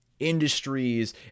industries